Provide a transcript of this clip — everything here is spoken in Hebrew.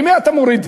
למי אתה מוריד?